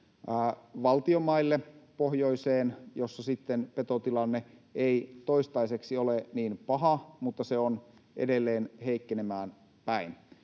valtion maille pohjoiseen, jossa sitten petotilanne ei toistaiseksi ole niin paha, mutta se on edelleen heikkenemään päin.